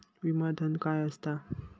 विमा धन काय असता?